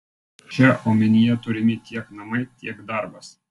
čia omenyje turimi tiek namai tiek darbas